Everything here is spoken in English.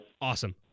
Awesome